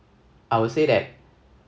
I will say that